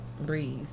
breathe